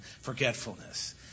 forgetfulness